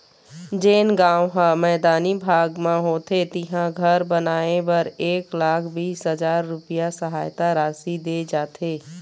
जेन गाँव ह मैदानी भाग म होथे तिहां घर बनाए बर एक लाख बीस हजार रूपिया सहायता राशि दे जाथे